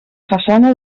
façana